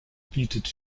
bietet